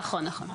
נכון.